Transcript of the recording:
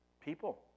People